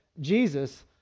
Jesus